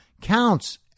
counts